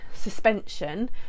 suspension